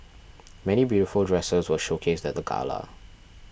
many beautiful dresses were showcased at the gala